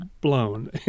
blown